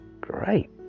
Great